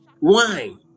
wine